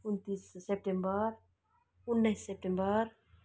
उन्तिस सेप्टेम्बर उन्नाइस सेप्टेम्बर